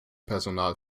personal